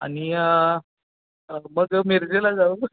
आणि मग मिरजेला जाऊ मग